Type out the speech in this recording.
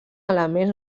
elements